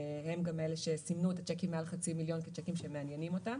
הם גם אלה שסימנו את השיקים מעל חצי מיליון כשיקים שמעניינים אותם